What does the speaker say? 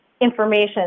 information